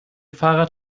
fahrrad